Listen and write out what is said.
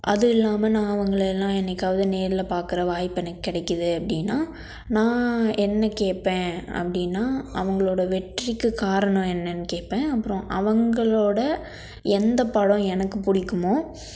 அதுவும் இல்லாமல் நான் அவங்களை எல்லாம் என்றைக்காவது நேரில் பார்க்குற வாய்ப்பு எனக்கு கிடைக்கிது அப்படின்னா நான் என்ன கேட்பேன் அப்படின்னா அவர்களோட வெற்றிக்கு காரணம் என்னென்று கேட்பேன் அப்புறம் அவர்களோட எந்த படம் எனக்கு பிடிக்குமோ